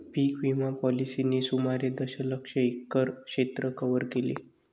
पीक विमा पॉलिसींनी सुमारे दशलक्ष एकर क्षेत्र कव्हर केले